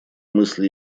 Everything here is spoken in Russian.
мысли